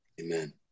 Amen